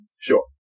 Sure